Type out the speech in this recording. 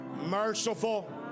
merciful